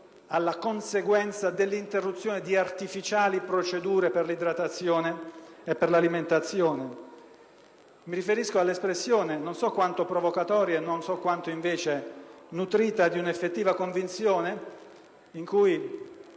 alla conseguenza dell'interruzione di artificiali procedure per l'idratazione e per l'alimentazione. Mi riferisco all'espressione - non so quanto provocatoria e non so quanto invece nutrita di un'effettiva convinzione - con